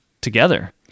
together